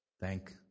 thank